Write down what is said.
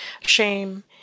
shame